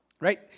Right